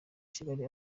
kigali